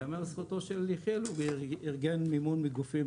ייאמר לזכותו של יחיאל שהוא ארגן מימון מגופים